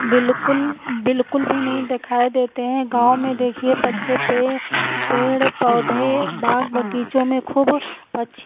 बिल्कुल बिल्कुल भी नहीं दिखाई देते हैं गाँव में देखिए पक्षी पर पेड़ पौधे बाग बगीचों में खूब पक्षियाँ